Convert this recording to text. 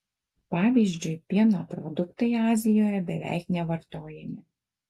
pavyzdžiui pieno produktai azijoje beveik nevartojami